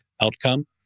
outcome